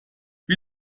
wie